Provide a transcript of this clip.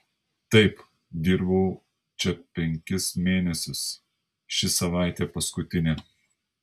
taip dirbau čia penkis mėnesius ši savaitė paskutinė